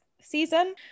season